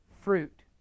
fruit